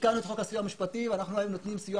תיקנו את חוק הסיוע המשפטי ואנחנו נותנים סיוע